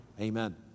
Amen